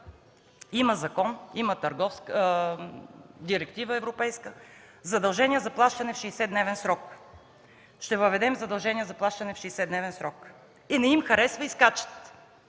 Има закон, има европейска директива, задължение за плащане в 60-дневен срок. Ще въведем задължение за плащане в 60-дневен срок. И не им харесва, и скачат!?